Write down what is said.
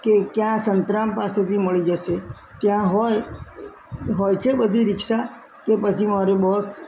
કે ક્યાં સંતરામ પાસેથી મળી જશે ત્યાં હોય હોય છે બધી રિક્ષા કે પછી મારે બસ